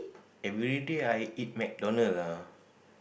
everyday I eat McDonald ah